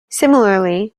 similarly